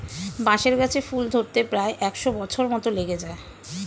বাঁশের গাছে ফুল ধরতে প্রায় একশ বছর মত লেগে যায়